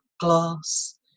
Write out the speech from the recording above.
glass